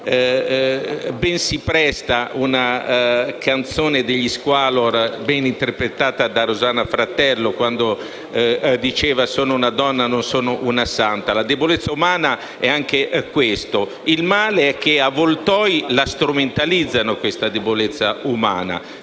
dicendo che ben si presta una canzone degli Squallor, ben interpretata da Rosanna Fratello, intitolata «Sono una donna, non sono una santa». La debolezza umana è anche questo; il male è che gli avvoltoi strumentalizzino questa debolezza umana.